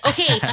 Okay